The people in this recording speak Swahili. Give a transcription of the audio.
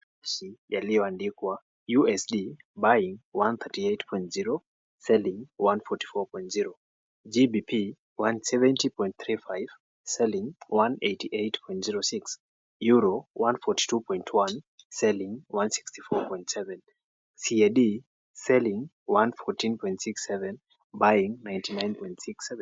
Yaliyoandikwa USD buying 138.0, selling 144.0, GBP 170.35, selling 188.06, EUR 142.1, selling 164.7 CAD selling 114.67 buying 99.67 .